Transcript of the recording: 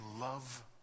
love